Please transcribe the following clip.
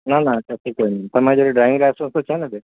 ના ના કશી જરૂર નથી તમારી જોડે ડ્રાઇવિંગ લાઇસન્સ તો છે ને બેન